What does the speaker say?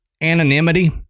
anonymity